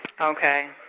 Okay